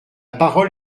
parole